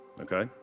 Okay